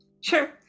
Sure